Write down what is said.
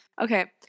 Okay